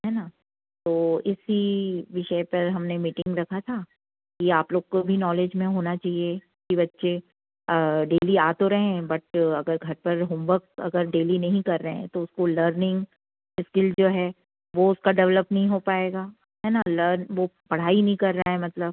है ना तो इसी विषय पर हमने मीटिंग रखा था कि आप लोग को भी नॉलेज में होना चाहिए कि बच्चे डेली आ ताे रए हैं बट अगर घर पर होमवर्क अगर डेली नहीं कर रहे हैं तो उसको लर्निंग इस्किल जो है वो उसका डेवलप नहीं हो पाएगा है न लर्न वह पढ़ाई नहीं कर रहा है मतलब